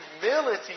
humility